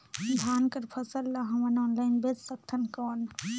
धान कर फसल ल हमन ऑनलाइन बेच सकथन कौन?